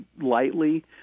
lightly